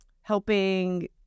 helping